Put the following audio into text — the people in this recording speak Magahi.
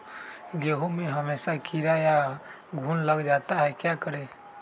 गेंहू में हमेसा कीड़ा या घुन लग जाता है क्या करें?